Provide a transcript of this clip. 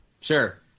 Sure